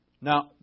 Now